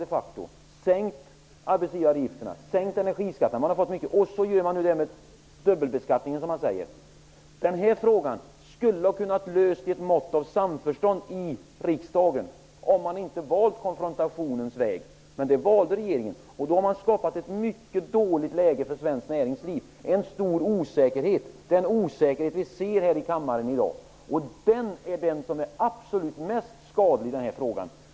Man har sänkt arbetsgivaravgifterna och energiskatterna. Därtill kommer detta beträffande dubbelbeskattningen. Denna fråga skulle ha kunnat lösas i ett mått av samförstånd i riksdagen, om man inte valt konfrontationens väg. Men den vägen valde regeringen. Då har man skapat ett mycket dåligt läge för svenskt näringsliv och en stor osäkerhet -- en osäkerhet som vi ser här i kammaren i dag, och som är det absolut mest skadliga i den här frågan.